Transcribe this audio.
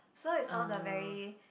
so it's all the very